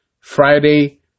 Friday